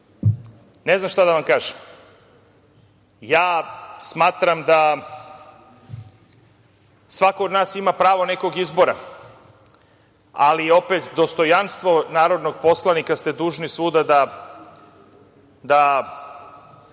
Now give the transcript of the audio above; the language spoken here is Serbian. Ne znam šta da vam kažem. Ja smatram da svako od nas ima pravo nekog izbora. Ali, opet, dostojanstvo narodnog poslanika ste dužni svuda da